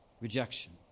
rejection